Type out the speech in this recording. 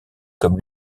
comme